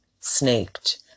snaked